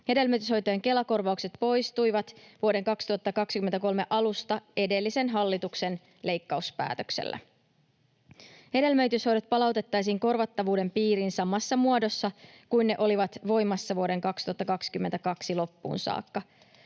Hedelmöityshoitojen Kela-korvaukset poistuivat vuoden 2023 alusta edellisen hallituksen leikkauspäätöksellä. Hedelmöityshoidot palautettaisiin korvattavuuden piiriin samassa muodossa kuin ne olivat voimassa vuoden 2022 loppuun saakka.